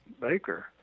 Baker